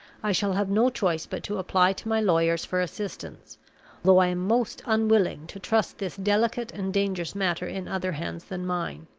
i shall have no choice but to apply to my lawyers for assistance though i am most unwilling to trust this delicate and dangerous matter in other hands than mine.